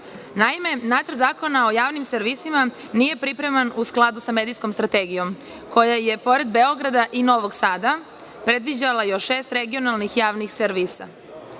Nacrt zakona o javnim servisima nije pripreman u skladu sa Medijskom strategijom koja je, pored Beograda i Novog Sada, predviđala još šest regionalnih javnih servisa.